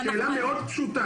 שאלה מאוד פשוטה.